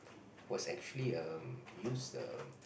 was actually um used um